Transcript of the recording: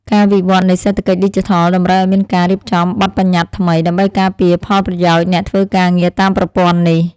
ការវិវត្តនៃសេដ្ឋកិច្ចឌីជីថលតម្រូវឱ្យមានការរៀបចំបទប្បញ្ញត្តិថ្មី ដើម្បីការពារផលប្រយោជន៍អ្នកធ្វើការងារតាមប្រព័ន្ធនេះ។